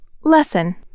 Lesson